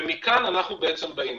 ומכאן אנחנו באים.